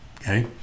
Okay